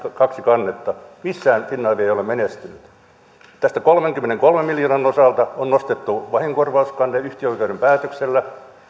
kaksi kannetta missään finavia ei ole menestynyt näiden kolmenkymmenenkolmen miljoonan osalta on nostettu vahingonkorvauskanne yhtiökokouksen päätöksellä